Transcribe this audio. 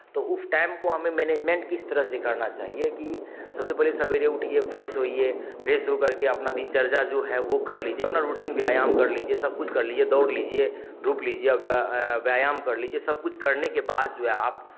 तो उस टाइम को हमें मैनेजमेंट किस तरह से करना चाहिए कि सबसे पहले सवेरे उठिए फ्रेश होइए फ्रेश हो करके अपना दिनचर्या जो है वो कर लीजिए अपना रुटीन व्यायाम कर लीजिए सब कुछ कर लीजिए दौड़ लीजिए धूप लीजिए अब व्य व्यायाम कर लीजिए सब कुछ करने के बाद आप